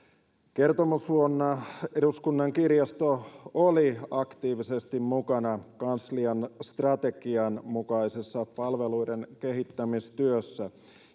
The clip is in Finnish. kertomusvuonna eduskunnan kirjasto oli aktiivisesti mukana kanslian strategian mukaisessa palveluiden kehittämistyössä